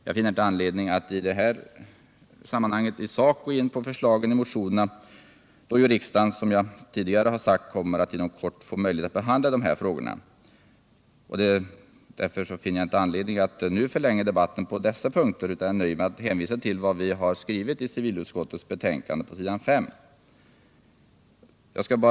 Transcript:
Jag finner inte anledning att nu i sak gå in på förslagen i motionerna, då ju riksdagen kommer att inom kort få möjlighet att behandla dessa frågor. Jag finner därför heller inte anledning att nu förlänga debatten på dessa punkter, utan jag nöjer mig med att hänvisa till vad civilutskottet anfört på s. 5 i betänkandet.